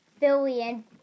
billion